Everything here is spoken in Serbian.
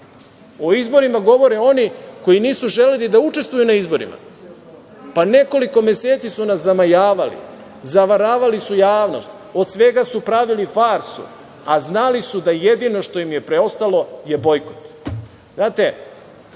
O izborima govore oni koji nisu želeli da učestvuju u izborima. Pa, nekoliko meseci su nas zamajavali. Zavaravali su javnost. Od svega su pravili farsu, a znali su da jedino što im je preostalo je bojkot. Znate,